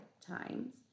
times